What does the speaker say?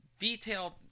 Detailed